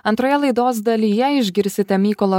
antroje laidos dalyje išgirsite mykolo